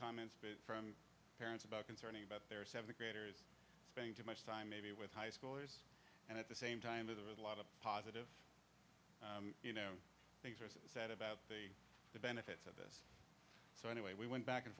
comments from parents about concern about their seventh graders spending too much time maybe with high schoolers and at the same time of the with a lot of positive you know things are said about the benefits of it so anyway we went back and